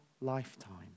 lifetime